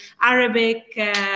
Arabic